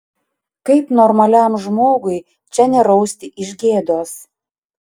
kaip normaliam žmogui čia nerausti iš gėdos